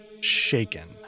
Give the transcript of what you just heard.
shaken